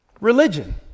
Religion